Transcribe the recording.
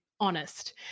honest